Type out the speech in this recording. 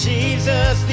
Jesus